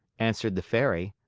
answered the fairy.